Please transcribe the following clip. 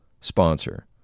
sponsor